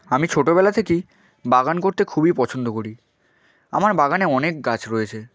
আমি ছোটবেলা থেকেই বাগান করতে খুবই পছন্দ করি আমার বাগানে অনেক গাছ রয়েছে